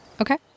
Okay